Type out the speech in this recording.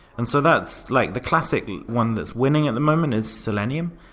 and so that's like the classic one that's winning at the moment is selenium,